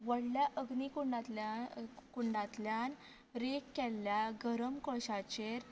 व्हडल्या अग्नी कुंडांतल्यान कुंडांतल्यान रेख केल्ल्या गरम कोळशाचेर